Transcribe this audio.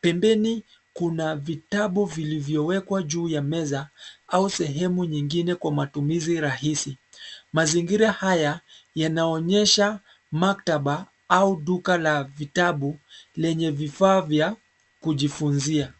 Pembeni kuna vitabu vilivyowekwa juu ya meza au sehemu nyingine kwa matumizi rahisi. Mazingira haya yanaonyesha maktaba au duka la vitabu lenye vifaa vya kujifunzia.